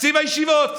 תקציב הישיבות.